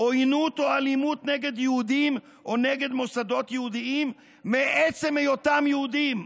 עוינות או אלימות נגד יהודים או נגד מוסדות יהודיים מעצם היותם יהודיים.